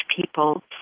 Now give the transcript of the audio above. people